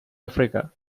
africa